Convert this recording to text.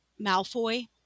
Malfoy